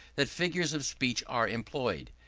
that figures of speech are employed.